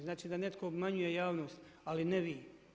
Znači da netko obmanjuje javnost ali ne vi.